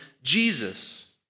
Jesus